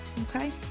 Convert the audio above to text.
okay